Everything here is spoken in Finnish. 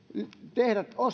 tehdä